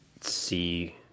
see